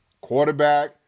quarterback